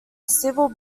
civil